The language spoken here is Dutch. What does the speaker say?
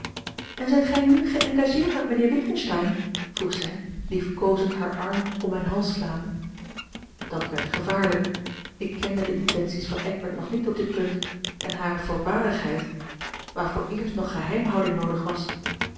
en zijt gij n geëngageerd met mijnheer witgensteyn vroeg zij liefkoozend haar arm om mijn hals slaande dat werd gevaarlijk ik kende de intenties van eckbert nog niet op dit punt en hare voorbarigheid waar vooreerst nog geheimhouding noodig was